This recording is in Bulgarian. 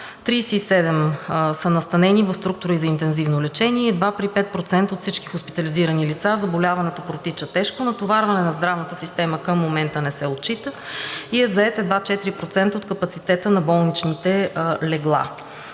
37 са настанени в структури за интензивно лечение и едва при 5% от всички хоспитализирани лица заболяването протича тежко. Натоварване на здравната система към момента не се отчита и е зает едва 4% от капацитета на болничните легла.